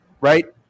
right